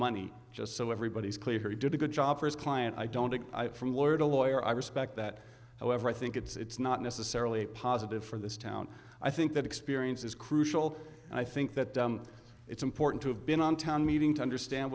money just so everybody's clear he did a good job for his client i don't think from lawyer to lawyer i respect that however i think it's not necessarily a positive for this town i think that experience is crucial and i think that it's important to have been on town meeting to understand